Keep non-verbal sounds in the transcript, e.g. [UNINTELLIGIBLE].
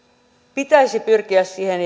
pitäisi pyrkiä siihen [UNINTELLIGIBLE]